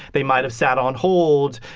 they might have sat on hold.